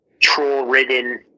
troll-ridden